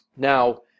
Now